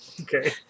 Okay